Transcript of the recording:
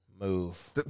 move